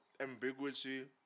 ambiguity